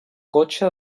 cotxe